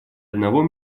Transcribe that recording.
одного